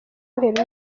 noheri